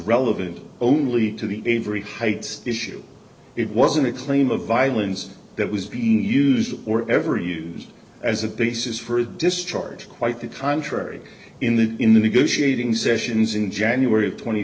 relevant only to the avery heights issue it wasn't a claim of violence that was being used or ever used as a basis for a discharge quite the contrary in the in the negotiating sessions in january